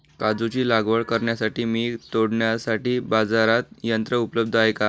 काजूची लागवड करण्यासाठी व तोडण्यासाठी बाजारात यंत्र उपलब्ध आहे का?